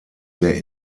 der